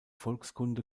volkskunde